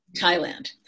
thailand